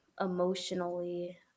emotionally